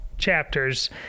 chapters